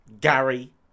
Gary